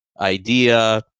idea